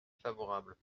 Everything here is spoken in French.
favorable